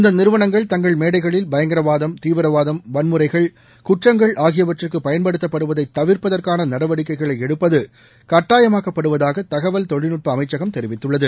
இந்த நிறுவனங்கள் தங்கள் மேடைகளில் பயங்கரவாதம் தீவிரவாதம் வன்முறைகள் குற்றங்கள் ஆகியவற்றுக்கு பயன்படுத்தப்படுவதை தவிர்ப்பதற்கான நடவடிக்கைகளை எடுப்பது கட்டாயமாக்கப்படுவதாக தகவல் தொழில்நுட்ப அமைச்சகம் தெரிவித்துள்ளது